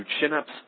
chin-ups